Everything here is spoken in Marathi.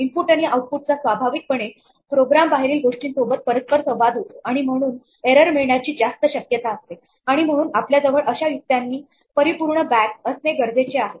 इनपुट आणि आऊटपुट चा स्वाभाविकपणे प्रोग्राम बाहेरील गोष्टींसोबत परस्परसंवाद होतो आणि म्हणून एरर मिळण्याची जास्त शक्यता असते आणि म्हणून आपल्याजवळ अशा युक्त्यांनी परिपुर्ण बॅग असणे गरजेचे आहे